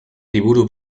liburu